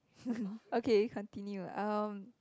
okay continue um